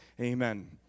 amen